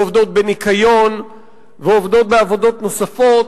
ועובדות בניקיון ועובדות בעבודות נוספות.